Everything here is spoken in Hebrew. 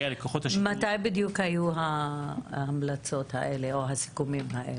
מתי בדיוק היו הסיכומים האלה?